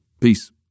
Peace